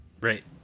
Right